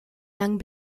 lang